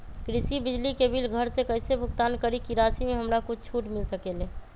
कृषि बिजली के बिल घर से कईसे भुगतान करी की राशि मे हमरा कुछ छूट मिल सकेले?